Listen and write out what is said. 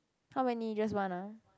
how many just one ah